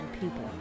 people